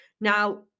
now